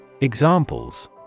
Examples